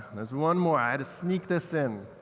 there's one more. i had to sneak this in.